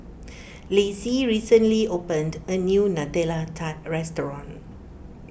Lacie recently opened a new Nutella Tart restaurant